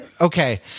okay